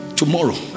tomorrow